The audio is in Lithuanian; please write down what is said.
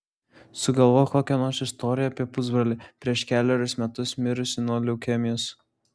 sugalvok kokią nors istoriją apie pusbrolį prieš kelerius metus mirusį nuo leukemijos